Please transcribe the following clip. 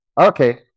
okay